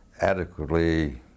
adequately